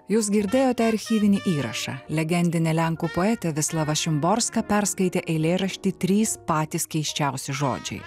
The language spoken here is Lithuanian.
jūs girdėjote archyvinį įrašą legendinė lenkų poetė vislava šimborska perskaitė eilėraštį trys patys keisčiausi žodžiai